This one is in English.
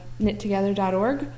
knittogether.org